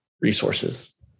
resources